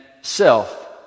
self